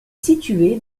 situé